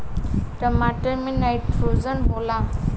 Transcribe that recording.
टमाटर मे नाइट्रोजन होला?